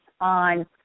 on